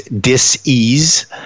dis-ease